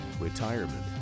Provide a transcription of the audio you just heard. retirement